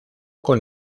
con